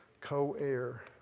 Co-air